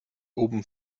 oben